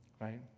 Right